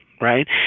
right